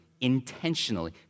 intentionally